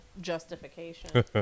justification